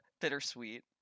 bittersweet